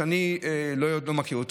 שאני לא מכיר,